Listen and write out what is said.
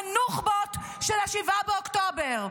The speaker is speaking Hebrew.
הנוח'בות של 7 באוקטובר.